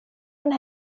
från